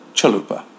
Chalupa